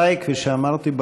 כפי שאמרתי,